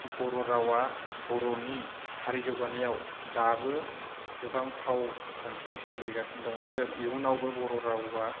बर' रावा बर'नि हारि जौगानायाव दाबो गोबां फाव खान्थि सोलिगासिनो दं आरो इयुनावबो बर' रावा